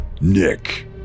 Nick